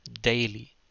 daily